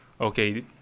okay